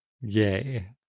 Yay